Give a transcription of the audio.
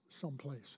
someplace